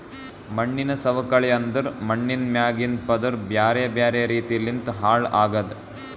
ಮಣ್ಣಿನ ಸವಕಳಿ ಅಂದುರ್ ಮಣ್ಣಿಂದ್ ಮ್ಯಾಗಿಂದ್ ಪದುರ್ ಬ್ಯಾರೆ ಬ್ಯಾರೆ ರೀತಿ ಲಿಂತ್ ಹಾಳ್ ಆಗದ್